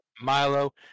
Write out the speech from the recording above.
Milo